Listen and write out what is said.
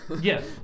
Yes